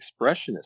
expressionist